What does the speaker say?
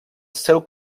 seu